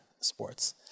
sports